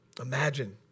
imagine